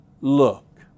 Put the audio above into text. look